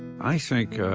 i think